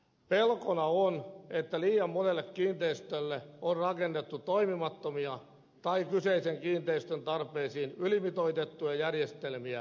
pelkona on että liian monelle kiinteistölle on rakennettu toimimattomia tai kyseisen kiinteistön tarpeisiin ylimitoitettuja järjestelmiä isolla rahalla